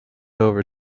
over